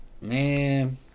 Man